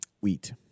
wheat